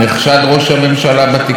הוא אמר: אני יכול לסמוך עליך,